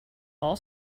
all